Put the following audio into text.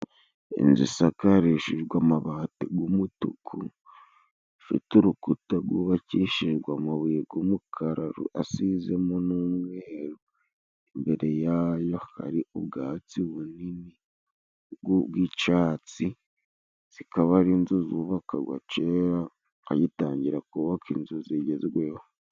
Inzu isakarishijwe amabati y'umutuku, ifite urukuta rwubakishijwe amabuye y'umukara asizemo n'umweru, imbere ya yo hakaba hari ubwatsi bunini bw'icyatsi, zikaba ari inzu zubakwaga kera bagitangira kubaka inzu zigezweho.